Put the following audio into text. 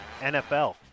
NFL